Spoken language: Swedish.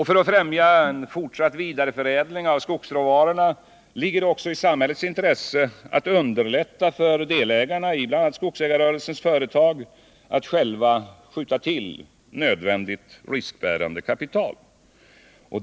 För att främja en fortsatt vidareförädling av skogsråvarorna ligger det också i samhällets intresse att underlätta för delägarna i bl.a. skogsägarrörelsens företag att själva skjuta till nödvändigt, riskbärande kapital.